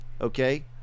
okay